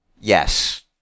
Yes